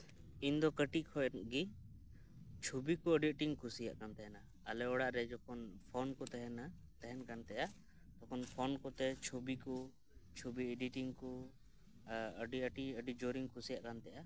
ᱤᱧ ᱫᱚ ᱠᱟᱹᱴᱤᱡ ᱠᱷᱚᱱ ᱜᱮ ᱪᱷᱚᱵᱤ ᱠᱚ ᱟᱹᱰᱤ ᱟᱸᱴ ᱤᱧ ᱠᱩᱥᱤᱭᱟᱟᱜ ᱠᱟᱱ ᱛᱟᱦᱮᱱᱟ ᱟᱞᱮ ᱚᱲᱟᱜ ᱨᱮ ᱡᱚᱠᱷᱚᱱ ᱯᱷᱳᱱ ᱠᱚ ᱛᱟᱦᱮᱱᱟ ᱛᱟᱦᱮᱱ ᱠᱟᱱ ᱛᱟᱦᱮᱸᱫᱼᱟ ᱯᱷᱳᱱ ᱠᱚᱛᱮ ᱪᱷᱚᱵᱤ ᱠᱚ ᱪᱷᱚᱵᱤ ᱮᱰᱤ ᱴᱤᱝ ᱠᱚ ᱟᱹᱰᱤ ᱟᱸᱴ ᱟᱹᱰᱤ ᱡᱳᱨ ᱤᱧ ᱠᱩᱥᱤᱭᱟᱜ ᱠᱟᱱ ᱛᱟᱦᱮᱱᱟ